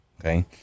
Okay